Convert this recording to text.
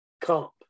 comp